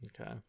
Okay